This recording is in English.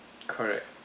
correct